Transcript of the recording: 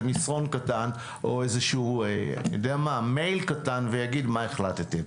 מסרון קטן או מייל קטן ויגיד מה החלטתכם.